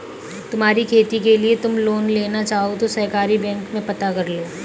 तुम्हारी खेती के लिए तुम लोन लेना चाहो तो सहकारी बैंक में पता करलो